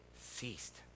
ceased